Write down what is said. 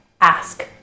ask